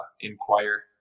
inquire